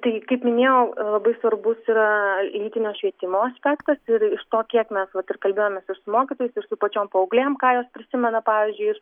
tai kaip minėjau labai svarbus yra lytinio švietimo aspektas ir iš to kiek mes vat ir kalbėjomės ir su mokytojais ir su pačiom paauglėm ką jos prisimena pavyzdžiui iš